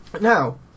Now